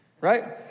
Right